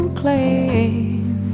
claim